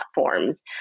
platforms